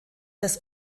des